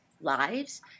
lives